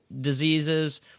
diseases